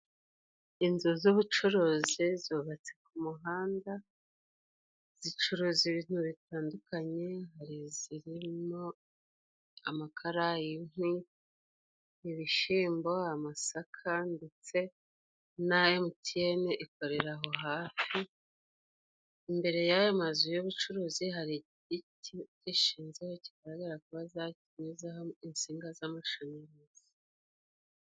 Inzu z'ubucuruzi zubatse ku muhanda zicuruza ibintu bitandukanye hari izirimo amakara ,inkwi, ibishimbo, amasaka ndetse na emutiyene ikorera aho hafi imbere yayo mazu y'ubucuruzi hari igiti gishinzeho kigaragara ko bazakinyuzaho insinga z'amashanyarazi.